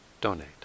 donate